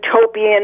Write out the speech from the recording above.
utopian